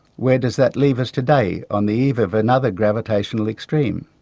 where does that leave us today on the eve of another gravitational extreme?